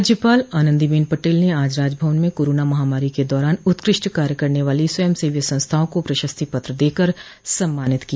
राज्यपाल आनन्दीबेन पटेल ने आज राजभवन में कोरोना महामारी के दौरान उत्कृष्ट कार्य करने वाली स्वयंसेवी संस्थाओं को प्रशस्ति पत्र देकर सम्मानित किया